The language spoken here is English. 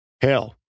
Hell